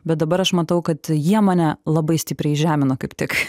bet dabar aš matau kad jie mane labai stipriai žemino kaip tik